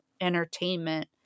entertainment